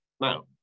now